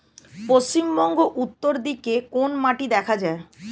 পশ্চিমবঙ্গ উত্তর দিকে কোন মাটি দেখা যায়?